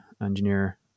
engineer